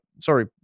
sorry